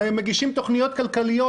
מגישים תוכניות כלכליות,